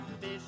Fish